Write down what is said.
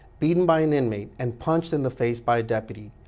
beaten by an inmate and punched in the face by a deputy.